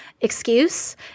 excuse